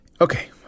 Okay